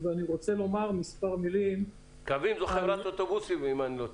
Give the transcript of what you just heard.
מדובר בחברת אוטובוסים.